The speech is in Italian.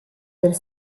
del